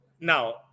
now